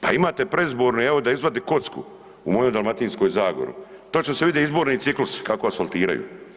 Pa imate predizborne, evo da izvade kocku u mojoj Dalmatinskoj zagori, točno se vide izborni ciklusi kako asfaltiraju.